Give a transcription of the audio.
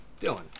Dylan